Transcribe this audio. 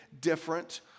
different